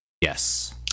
Yes